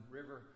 River